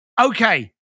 Okay